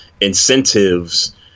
incentives